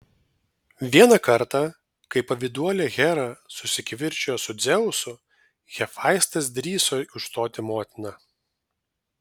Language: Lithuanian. vieną kartą kai pavyduolė hera susikivirčijo su dzeusu hefaistas drįso užstoti motiną